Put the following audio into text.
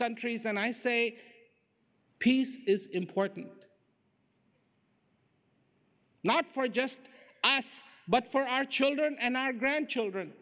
countries and i say peace is important not for just us but for our children and our grandchildren